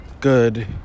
good